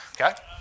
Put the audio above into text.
Okay